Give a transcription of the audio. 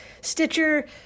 Stitcher